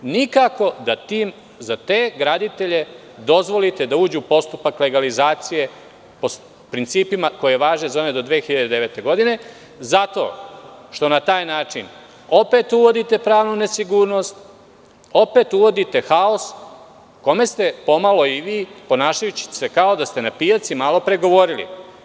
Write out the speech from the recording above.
Nikako da za te graditelje dozvolite da uđu u postupak legalizacije po principima koji važe za one do 2009. godine, zato što na taj način opet uvodite pravnu nesigurnost, opet uvodite haos, kome ste pomalo i vi, ponašajući se kao da ste na pijaci, malopre govorili.